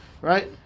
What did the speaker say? right